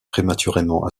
prématurément